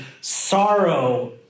sorrow